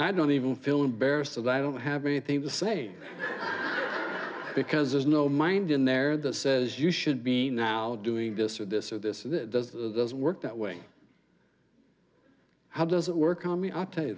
i don't even feel embarrassed or that i don't have anything to say because there's no mind in there that says you should be now doing this or this or this and it does those work that way how does it work on me i tell you